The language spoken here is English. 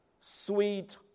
sweet